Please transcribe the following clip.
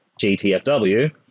GTFW